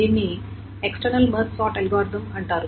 దీనిని external merge sort algorithm అంటారు